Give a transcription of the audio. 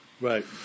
Right